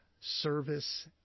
service